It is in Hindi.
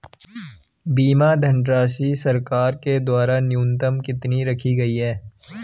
बीमा धनराशि सरकार के द्वारा न्यूनतम कितनी रखी गई है?